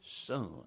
Son